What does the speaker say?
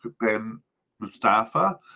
Ben-Mustafa